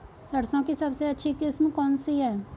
सरसों की सबसे अच्छी किस्म कौन सी है?